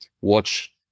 watch